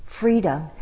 freedom